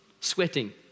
sweating